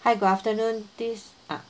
hi good afternoon this ah